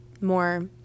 more